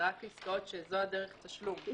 זה רק עסקאות שזו דרך התשלום.